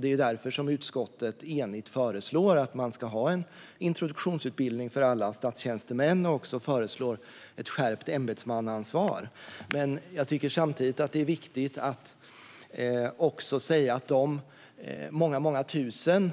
Det är därför som utskottet enigt föreslår att man ska ha en introduktionsutbildning för alla statstjänstemän och också föreslår ett skärpt ämbetsmannaansvar. Men jag tycker samtidigt att det är viktigt att säga att de många tusen